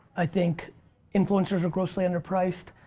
i think influencers are grossly under priced.